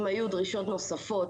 אם היו דרישות נוספות,